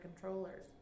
controllers